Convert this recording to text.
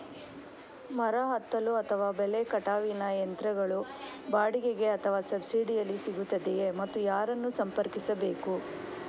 ಮರ ಹತ್ತಲು ಅಥವಾ ಬೆಲೆ ಕಟಾವಿನ ಯಂತ್ರಗಳು ಬಾಡಿಗೆಗೆ ಅಥವಾ ಸಬ್ಸಿಡಿಯಲ್ಲಿ ಸಿಗುತ್ತದೆಯೇ ಮತ್ತು ಯಾರನ್ನು ಸಂಪರ್ಕಿಸಬೇಕು?